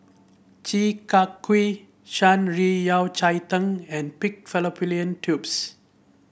Chi Kak Kuih Shan Rui Yao Cai Tang and Pig Fallopian Tubes